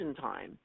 time